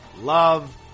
love